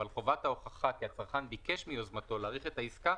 אבל חובת ההוכחה כי הצרכן ביקש מיוזמתו להאריך את העסקה